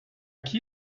qui